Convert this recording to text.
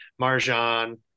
Marjan